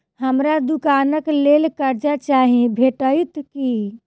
हमरा दुकानक लेल कर्जा चाहि भेटइत की?